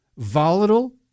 volatile